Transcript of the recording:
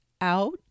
out